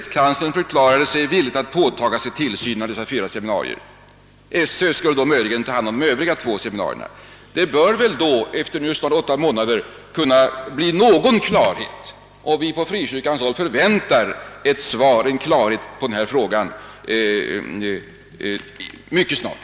Skolöverstyrelsen skulle möjligen ta hand om de övriga två seminarierna. Efter snart åtta månader bör det kunna bli någon klarhet. Vi på frikyrkans håll förväntar ett svar på denna fråga mycket snart.